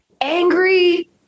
angry